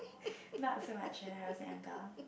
not so much when I was younger